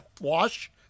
Wash